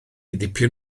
dipyn